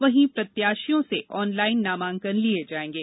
वहीं प्रत्याशियों से ऑनलाइन नामांकन लिये जाएंगे